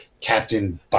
captain